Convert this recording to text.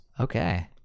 Okay